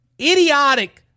idiotic